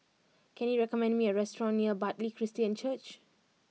can you recommend me a restaurant near Bartley Christian Church